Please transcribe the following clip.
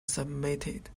submitted